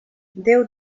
déu